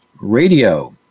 Radio